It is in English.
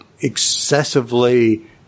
excessively